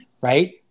right